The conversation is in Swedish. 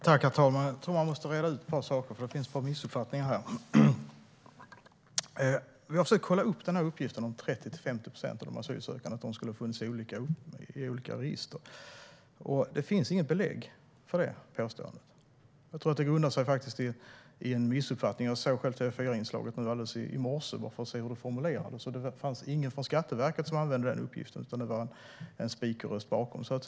Herr talman! Jag tror att man måste reda ut ett par saker, för det finns ett par missuppfattningar här. Vi har försökt kolla upp uppgiften om att 30-50 procent av de asylsökande skulle finnas i olika register med olika personuppgifter. Det finns inget belägg för det påståendet. Jag tror att det grundar sig i en missuppfattning. Jag såg själv TV4-inslaget i morse bara för att se hur det formulerades. Det fanns ingen från Skatteverket som använde den uppgiften, utan det var en speakerröst som sa detta.